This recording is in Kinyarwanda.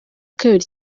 kabiri